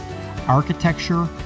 architecture